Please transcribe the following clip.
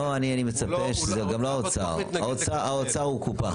זה גם לא האוצר, האוצר הוא קופה.